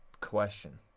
question